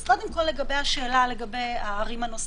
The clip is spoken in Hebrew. קודם כול, השאלה לגבי הערים הנוספות.